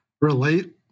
relate